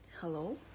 Hello